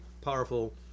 powerful